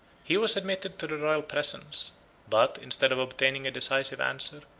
he was admitted to the royal presence but, in stead of obtaining a decisive answer,